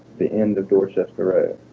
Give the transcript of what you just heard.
the end of dorchester road